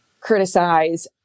criticize